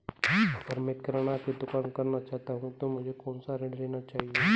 अगर मैं किराना की दुकान करना चाहता हूं तो मुझे कौनसा ऋण लेना चाहिए?